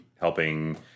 helping